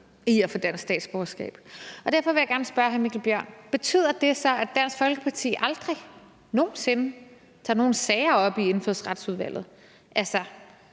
i at få dansk statsborgerskab. Og derfor vil jeg gerne spørge hr. Mikkel Bjørn: Betyder det så, at Dansk Folkeparti aldrig nogen sinde tager nogen sager op i Indfødsretsudvalget? Altså,